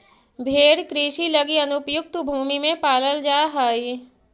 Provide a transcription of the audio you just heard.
भेंड़ कृषि लगी अनुपयुक्त भूमि में पालल जा हइ